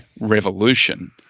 revolution